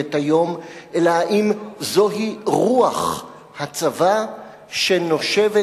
המחייבת היום אלא האם זוהי רוח הצבא שנושבת